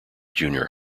junior